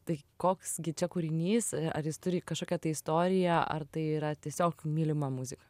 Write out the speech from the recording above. tai koks gi čia kūrinys ar jis turi kažkokią tai istoriją ar tai yra tiesiog mylima muzika